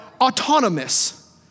autonomous